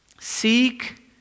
Seek